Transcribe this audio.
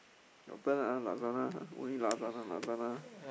open ah Lazada only Lazada Lazada